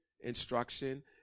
instruction